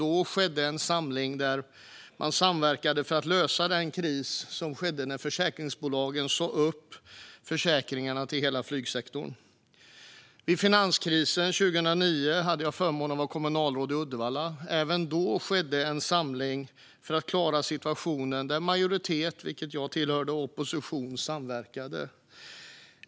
Då skedde en samling där man samverkade för att lösa den kris som uppstod när försäkringsbolagen sa upp försäkringarna för hela flygsektorn. Vid finanskrisen 2009 hade jag förmånen att vara kommunalråd i Uddevalla. Även då skedde en samling för att klara situationen. Majoriteten, som jag tillhörde, samverkade med oppositionen.